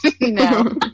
no